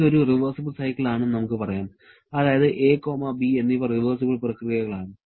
ഇത് ഒരു റിവേർസിബിൾ സൈക്കിളാണെന്ന് നമുക്ക് പറയാം അതായത് 'a' 'b' എന്നിവ റിവേർസിബിൾ പ്രക്രിയകളാണ്